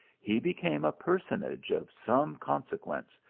he became a personage of some consequence,